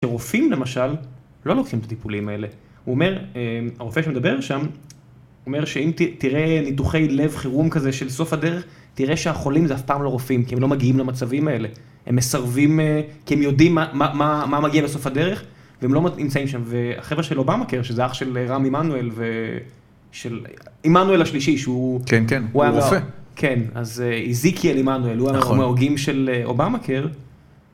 שרופאים למשל לא לוקחים את הטיפולים האלה. הרופא שמדבר שם אומר שאם תראה ניתוחי לב חירום כזה של סוף הדרך, תראה שהחולים זה אף פעם לא רופאים, כי הם לא מגיעים למצבים האלה. הם מסרבים כי הם יודעים מה מגיע לסוף הדרך, והם לא נמצאים שם. והחברה של אובמהקר, שזה אח של רם עמנואל, עמנואל השלישי, שהוא... כן, כן, הוא רופא. כן. אז איזיקיאל עמנואל, הוא מההוגים של אובמהקר.